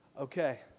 okay